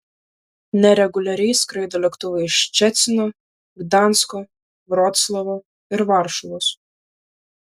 nereguliariai skraido lėktuvai iš ščecino gdansko vroclavo ir varšuvos